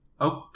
Okay